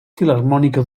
filharmònica